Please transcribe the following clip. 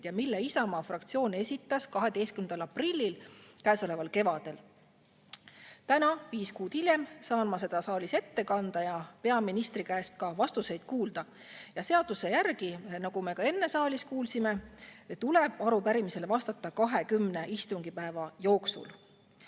ja mille Isamaa fraktsioon esitas 12. aprillil käesoleva aasta kevadel. Täna, viis kuud hiljem saan ma seda saalis ette kanda ja peaministri käest vastuseid kuulda. Seaduse järgi, nagu me ka enne saalis kuulsime, tuleb arupärimisele vastata 20 istungipäeva jooksul.